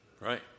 Right